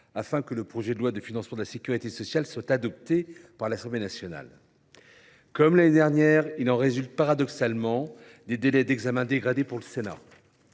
afin que le projet de loi de financement de la sécurité sociale soit adopté par l’Assemblée nationale. Comme l’année dernière, il en résulte, paradoxalement, des délais d’examen dégradés pour le Sénat.